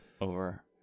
over